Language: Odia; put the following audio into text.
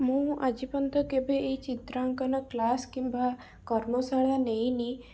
ମୁଁ ଆଜି ପର୍ଯ୍ୟନ୍ତ କେବେ ଏଇ ଚିତ୍ରାଙ୍କନ କ୍ଲାସ୍ କିମ୍ବା କର୍ମଶାଳା ନେଇନି